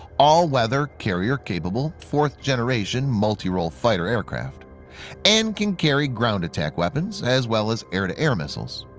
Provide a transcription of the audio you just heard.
all-weather carrier-capable fourth generation multirole fighter aircraft and can carry ground attack weapons as well as air-to-air missiles.